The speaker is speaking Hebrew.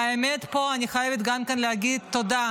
והאמת שפה אני חייבת להגיד תודה